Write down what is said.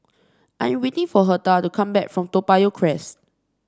I am waiting for Hertha to come back from Toa Payoh Crest